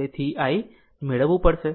તેથી i મેળવવું પડશે